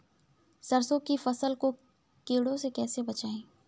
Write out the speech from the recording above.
सरसों की फसल को कीड़ों से कैसे बचाएँ?